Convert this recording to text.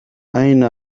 أين